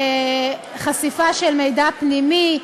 חשיפת מידע פנימי,